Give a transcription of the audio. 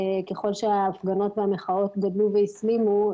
ככל שההפגנות והמחאות גדלו והסלימו,